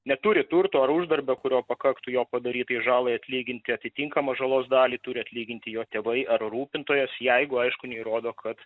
neturi turto ar uždarbio kurio pakaktų jo padarytai žalai atlyginti atitinkamą žalos dalį turi atlyginti jo tėvai ar rūpintojas jeigu aišku neįrodo kad